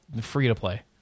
free-to-play